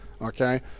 Okay